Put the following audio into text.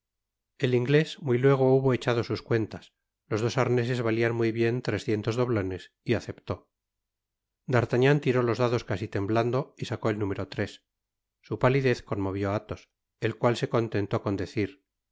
el inglés muy luego hubo echado sus cuentas tos dos arneses valian muy bien trescientos dobtones y aceptó d'artagnan tiró los dados casi temblando y sacó el número ires su palidez conmovió á athos el cual se conteutó con decir